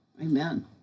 Amen